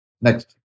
Next